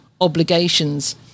obligations